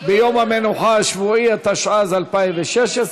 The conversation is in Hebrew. ביום המנוחה השבועי, התשע"ז 2016,